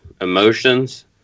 emotions